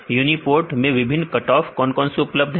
UniProt में विभिन्न cut off कौन कौन से उपलब्ध है